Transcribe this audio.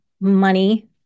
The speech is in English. money